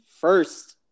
first